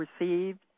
received